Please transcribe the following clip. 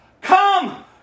Come